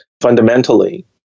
fundamentally